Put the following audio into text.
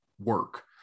work